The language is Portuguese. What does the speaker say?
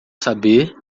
saber